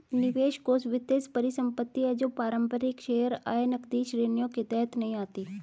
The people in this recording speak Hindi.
निवेश कोष वित्तीय परिसंपत्ति है जो पारंपरिक शेयर, आय, नकदी श्रेणियों के तहत नहीं आती